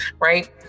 right